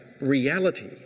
reality